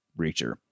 Reacher